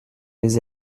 les